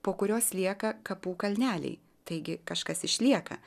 po kurios lieka kapų kalneliai taigi kažkas išlieka